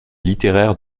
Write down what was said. littéraire